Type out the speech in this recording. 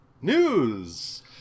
News